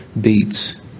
beats